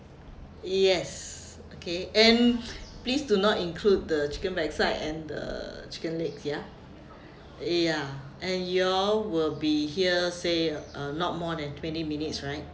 yes okay and please do not include the chicken backside and the chicken legs ya ya and you all will be here say uh not more than twenty minutes right